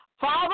Father